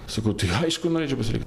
sakau tai aišku norėčiau pasilikt